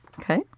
Okay